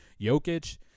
Jokic